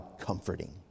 comforting